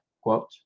quote